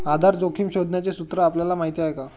आधार जोखिम शोधण्याचे सूत्र आपल्याला माहीत आहे का?